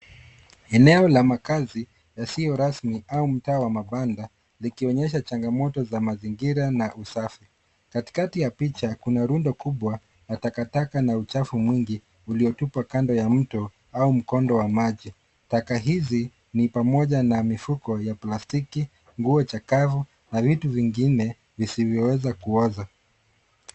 Eneo la makazi yasiyo rasmi au mtaa wa mabanda likionyesha changamoto za mazingira na usafi. Katikati ya picha kuna rundo kubwa ya takataka na uchafu mwingi uliotupwa kando ya mto au mkondo wa maji. Taka hizi ni pamoja na mifuko ya plastiki, nguo chakavu na vitu vingine visivyoweza kuoza.